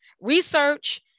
research